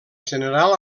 general